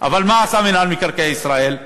אבל מה עשה מינהל מקרקעי ישראל?